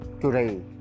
today